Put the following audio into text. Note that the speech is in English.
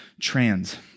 trans